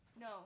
No